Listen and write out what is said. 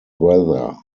weather